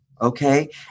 Okay